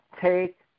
take